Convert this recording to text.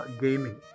gaming